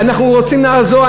אנחנו רוצים לעזור,